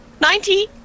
Ninety